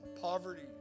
poverty